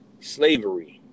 slavery